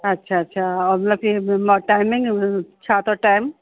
अच्छा अच्छा और हुनखे बि मां टाइमिंग छा अथव टाइम